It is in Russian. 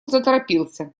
заторопился